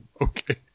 Okay